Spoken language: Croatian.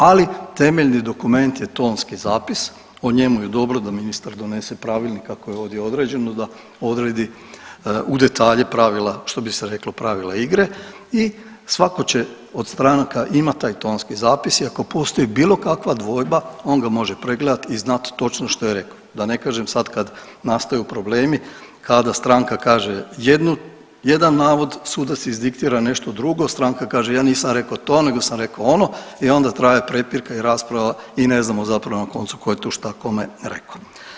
Ali temeljni dokument je tonski zapis, o njemu je dobro da ministar donese pravilnik kako je ovdje određeno da odredi u detalje pravila što bi se reklo pravila igre i svako će od stranaka imati taj tonski zapis i ako postoji bilo kakva dvojba on ga može pregledat i znat točno što je rekao, da ne kažem sad kad nastaju problemi kada stranka kaže jedan navod, sudac izdiktira nešto drugo, stranka ja kaže ja nisam rekao to nego sam rekao ono i onda traje prepirka i rasprava i ne znamo zapravo na koncu ko je tu kome šta rekao.